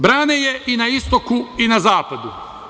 Brane je i na istoku i na zapadu.